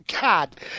God